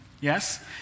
Yes